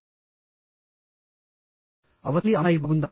అవతలి అమ్మాయి బాగుందా